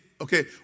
okay